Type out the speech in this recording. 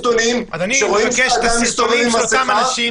רואים את האדם מסתובב עם מסיכה,